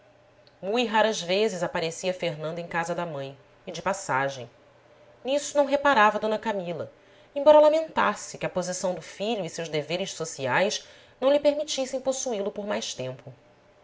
mui raras vezes aparecia fernando em casa da mãe e de passagem nisso não reparava d camila embora lamentasse que a posição do filho e seus deveres sociais não lhe permitissem possuí-lo por mais tempo